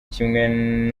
kimwe